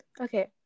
Okay